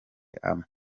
abambara